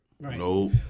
No